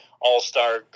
All-star